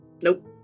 Nope